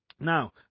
Now